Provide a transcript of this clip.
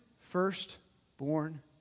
firstborn